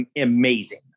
amazing